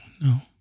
No